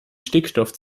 stickstoff